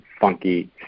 funky